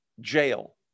jail